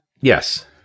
Yes